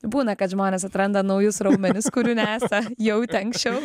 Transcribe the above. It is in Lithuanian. būna kad žmonės atranda naujus raumenis kurių nesa jautę anksčiau